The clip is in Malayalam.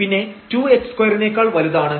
പിന്നെ 2h2 നേക്കാൾ വലുതാണ്